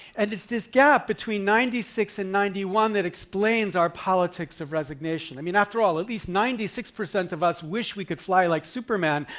and it's this gap between ninety six and ninety one that explains our politics of resignation. i mean, after all, at least ninety six percent of us wish we could fly like superman,